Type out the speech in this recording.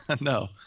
No